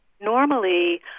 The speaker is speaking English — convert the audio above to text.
Normally